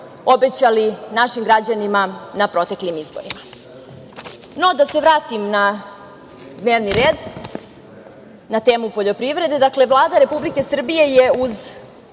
obećali našim građanima na proteklim izborima.No, da se vratim na dnevni red, na temu poljoprivrede. Dakle, Vlada Republike Srbije je uz